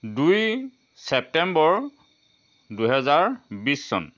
দুই ছেপ্টেম্বৰ দুহেজাৰ বিছ চন